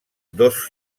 dos